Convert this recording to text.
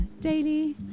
daily